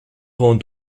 und